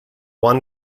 one